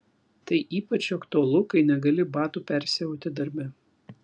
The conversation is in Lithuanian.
tai ypač aktualu kai negali batų persiauti darbe